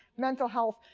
mental health.